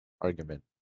argument